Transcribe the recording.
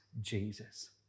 Jesus